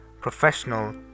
professional